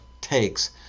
takes